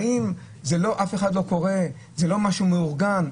באים, אף אחד לא קורא, זה לא משהו מאורגן.